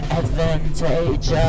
advantage